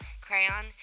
Crayon